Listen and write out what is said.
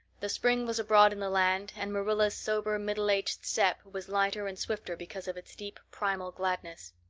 the spring was abroad in the land and marilla's sober, middle-aged step was lighter and swifter because of its deep, primal gladness.